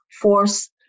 force